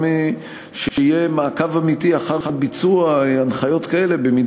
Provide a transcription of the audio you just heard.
שיהיה מעקב אמיתי אחר ביצוע הנחיות כאלה אם,